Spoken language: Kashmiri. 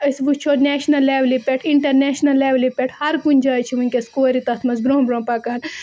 أسۍ وٕچھو نیشنَل لٮ۪ولہِ پٮ۪ٹھ اِنٹَرنیشنَل لٮ۪ولہِ پٮ۪ٹھ ہر کُنہِ جایہِ چھِ وٕنۍکٮ۪س کورِ تَتھ منٛز برٛونٛہہ برٛونٛہہ پَکان